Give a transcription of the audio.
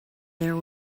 there